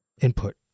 input